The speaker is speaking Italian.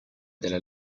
della